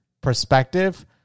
perspective